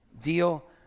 Deal